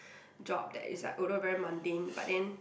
job that is like although very mundane but then